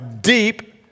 Deep